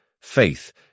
Faith